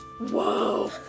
Whoa